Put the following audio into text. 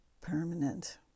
permanent